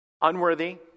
Unworthy